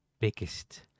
biggest